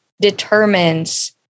determines